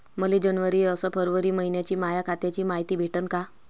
मले जनवरी अस फरवरी मइन्याची माया खात्याची मायती भेटन का?